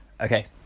Okay